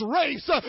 race